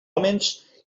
hòmens